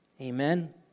Amen